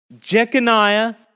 Jeconiah